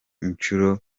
inshuro